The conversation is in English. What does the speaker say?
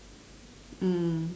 mm